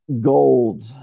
gold